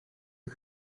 you